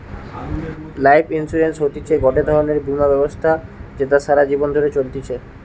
life insurance হতিছে গটে ধরণের বীমা ব্যবস্থা যেটা সারা জীবন ধরে চলতিছে